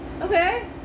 Okay